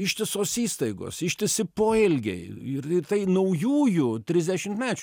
ištisos įstaigos ištisi poelgiai ir ir tai naujųjų trisdešimtmečių